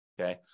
Okay